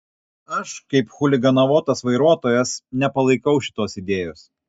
aš kaip chuliganavotas vairuotojas nepalaikau šitos idėjos